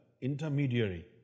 intermediary